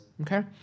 Okay